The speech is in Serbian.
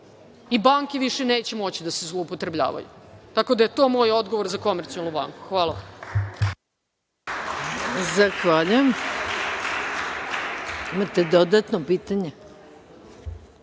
Banke više neće moći da se zloupotrebljavaju, tako da je to moj odgovor za „Komercijalnu banku“. Hvala